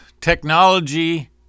technology